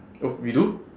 oh we do